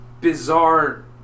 bizarre